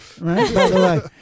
Right